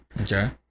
Okay